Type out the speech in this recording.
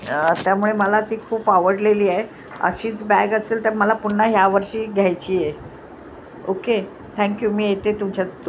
त्यामुळे मला ती खूप आवडलेली आहे अशीच बॅग असेल तर मला पुन्हा ह्या वर्षी घ्यायची आहे ओके थँक्यू मी येते तुमच्या